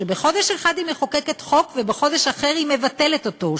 שבחודש אחד היא מחוקקת חוק ובחודש אחר היא מבטלת אותו,